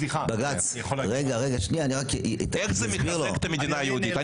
איך זה מחזק את המדינה היהודית?